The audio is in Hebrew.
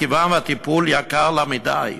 מכיוון שהטיפול יקר לה מדי,